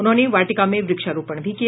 उन्होंने वाटिका में वृक्षारोपण भी किया